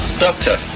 doctor